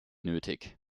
nötig